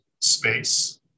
space